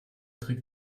trick